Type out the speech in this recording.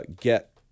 get